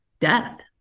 death